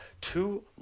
two